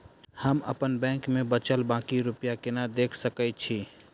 हम अप्पन बैंक मे बचल बाकी रुपया केना देख सकय छी?